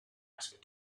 nice